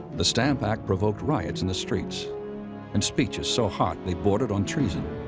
the stamp act provoked riots in the streets and speeches so hot they bordered on treason.